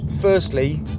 Firstly